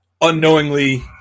unknowingly